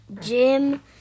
Gym